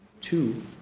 Two